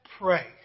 Pray